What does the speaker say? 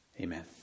Amen